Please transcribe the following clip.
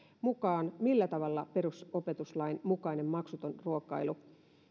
mukaan millä tavalla perusopetuslain mukainen maksuton ruokailu